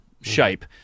shape